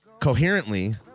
coherently